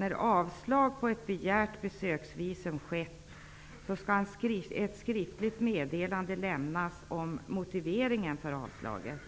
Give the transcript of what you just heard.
När avslag på ett begärt besöksvisum skett skall ett skriftligt meddelande lämnas om motiveringen för avslaget.